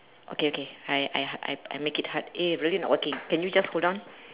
okay okay I I I I make it hard eh really not working can you just hold on